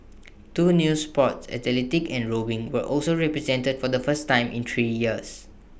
two new sports athletics and rowing were also represented for the first time in three years